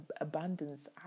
abundance